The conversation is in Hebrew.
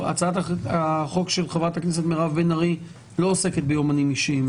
הצעת החוק של חברת הכנסת מירב בן ארי לא עוסקת ביומנים אישיים.